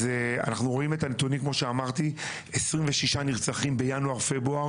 אז אנחנו רואים את הנתונים כמו שאמרתי: 26 נרצחים בינואר-פברואר.